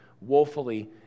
woefully